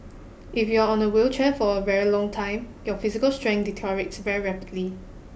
if you are on a wheelchair for a very long time your physical strength deteriorates very rapidly